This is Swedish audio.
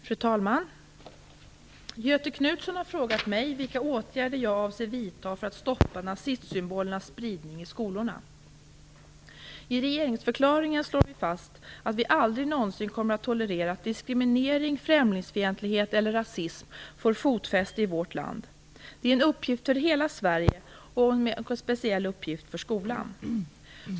Fru talman! Göthe Knutson har frågat mig vilka åtgärder jag avser att vidta för att stoppa nazistsymbolernas spridning i skolorna. I regeringsförklaringen slår vi fast att vi aldrig någonsin kommer att tolerera att diskriminering, främlingsfientlighet eller rasism får fotfäste i vårt land. Det är en uppgift för hela Sverige och en speciell uppgift för skolan.